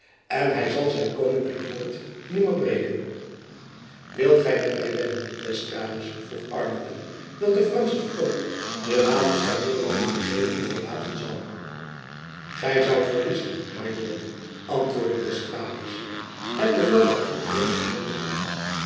en hy zal zijn koninklijk woord nimmer breken wilt gy met my wedden d'estrades vroeg arlington dat de fransche vloot de havens der middellandsche zee niet verlaten zal gy zoudt verliezen my lord antwoordde d'estrades het bevel daartoe is reeds verzonden